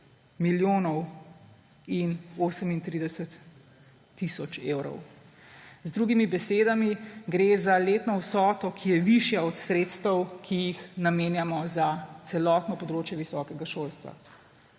milijonov in 38 tisoč evrov. Z drugimi besedami, gre za letno vsoto, ki je višja od sredstev, ki jih namenjamo za celotno področje visokega šolstva.